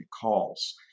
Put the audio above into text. calls